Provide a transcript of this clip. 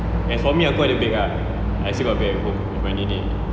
as for me aku ada bake ah I still got bake at home with my nenek